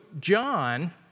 John